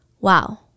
wow